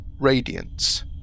radiance